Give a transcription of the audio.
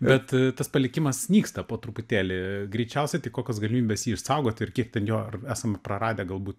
bet tas palikimas nyksta po truputėlį greičiausiai tai kokios galimybės jį išsaugot ir kiek ten jo ar esam praradę galbūt